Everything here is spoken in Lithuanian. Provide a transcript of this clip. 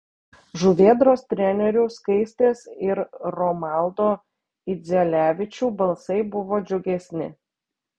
žuvėdros trenerių skaistės ir romaldo idzelevičių balsai buvo džiugesni